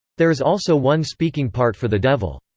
there is also one speaking part for the devil.